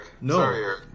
No